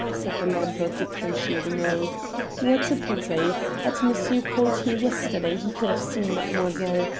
said the landlord deprecatingly, what a pity! had monsieur called here yesterday he could have seen mademoiselle.